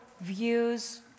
views